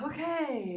Okay